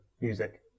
music